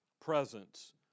presence